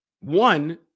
One